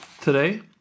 today